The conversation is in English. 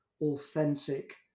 authentic